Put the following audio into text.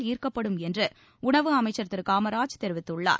ஈர்க்கப்படும் என்று உணவு அமைச்சர் திரு காமராஜ் தெரிவித்துள்ளார்